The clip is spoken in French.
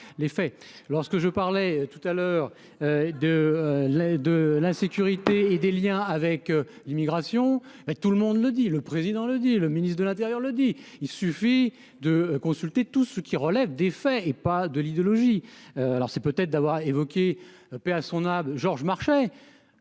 lorsque je parlais tout à l'heure de la, de l'insécurité et des Liens avec l'immigration, et tout le monde le dit le président le dit le ministre de l'Intérieur, le dit : il suffit de consulter tout ce qui relève des faits et pas de l'idéologie, alors c'est peut-être d'avoir évoqué, paix à son âme, Georges Marchais,